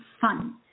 fun